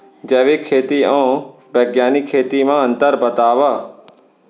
जैविक खेती अऊ बैग्यानिक खेती म अंतर बतावा?